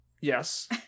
yes